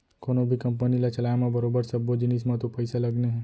कोनों भी कंपनी ल चलाय म बरोबर सब्बो जिनिस म तो पइसा लगने हे